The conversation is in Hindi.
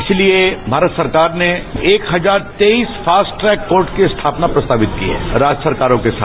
इसलिए भारत सरकार ने एक हजार तेईस फास्टट्रैक कोर्ट की स्थापना प्रस्तावित की है राज्य सरकारों के साथ